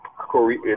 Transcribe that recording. Korea